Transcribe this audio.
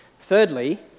Thirdly